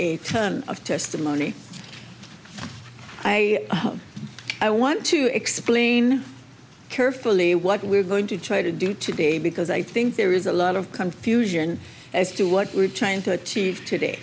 turn of testimony i i want to explain carefully what we're going to try to do today because i think there is a lot of confusion as to what we're trying to achieve today